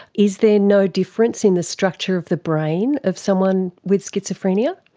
is there no difference in the structure of the brain of someone with schizophrenia?